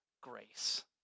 grace